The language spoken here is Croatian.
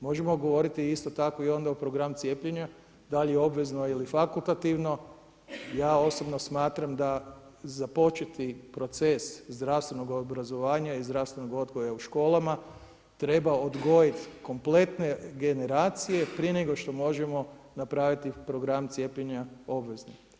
Možemo govoriti isto tako i o programu cijepljenja da li je obvezno ili fakultativno, ja osobno smatram da započeti proces zdravstvenog obrazovanja i zdravstvenog odgoja u školama, treba odgojiti kompletne generacije prije nego što možemo napraviti program cijepljenja obveznim.